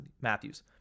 Matthews